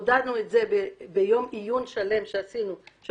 הודענו את זה ביום עיון שלם שעשינו של